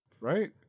right